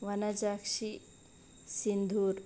Vanajakshi Sindoor